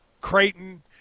Creighton